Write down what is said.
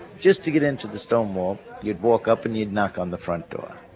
just to get into the stonewall, you'd walk up and you'd knock on the front door.